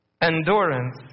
endurance